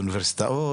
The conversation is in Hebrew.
באוניברסיטאות,